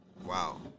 Wow